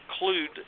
include